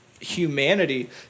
humanity